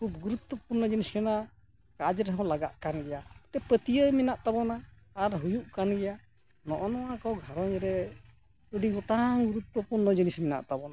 ᱠᱷᱩᱵ ᱜᱩᱨᱩᱛᱛᱚ ᱯᱩᱨᱱᱚ ᱡᱤᱱᱤᱥ ᱠᱟᱱᱟ ᱠᱟᱡᱽ ᱨᱮᱦᱚᱸ ᱞᱟᱜᱟᱜ ᱠᱟᱱᱜᱮᱭᱟ ᱢᱤᱫᱴᱮᱱ ᱯᱟᱹᱛᱭᱟᱹᱣ ᱢᱮᱱᱟᱜ ᱛᱟᱵᱚᱱᱟ ᱟᱨ ᱦᱩᱭᱩᱜ ᱠᱟᱱ ᱜᱮᱭᱟ ᱱᱚᱜᱼᱚ ᱱᱚᱣᱟ ᱠᱚ ᱜᱷᱟᱨᱚᱸᱧᱡᱽ ᱨᱮ ᱟᱹᱰᱤᱜᱚᱴᱟᱝ ᱜᱩᱨᱩᱛᱛᱚᱯᱩᱨᱱᱚ ᱡᱤᱱᱤᱥ ᱢᱮᱱᱟᱜ ᱛᱟᱵᱚᱱᱟ